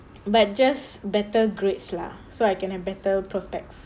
but just better grades lah so I can have better prospects